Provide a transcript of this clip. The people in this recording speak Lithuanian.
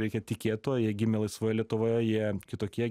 reikia tikėt tuo jie gimė laisvoj lietuvoje jie kitokie